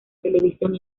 televisión